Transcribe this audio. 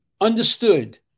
understood